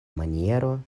maniero